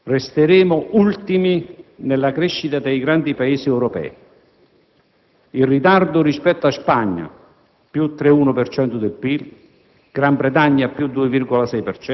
Il risultato? Anche nel 2007 resteremo ultimi nella crescita dei grandi Paesi europei. Il ritardo rispetto alla Spagna